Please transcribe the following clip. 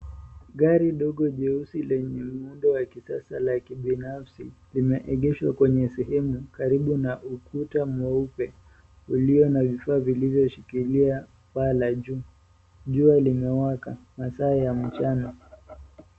Gari dogo jeusi lenye muundo wa kisasa la kibinafsi limegeshwa kwenye sehemu karibu na ukuta mweupe ulio na vifaa vilivyoshikilia paa la juu. Jua limewaka masaa ya mchana.